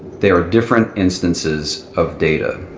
there are different instances of data.